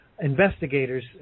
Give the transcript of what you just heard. investigators